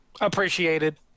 appreciated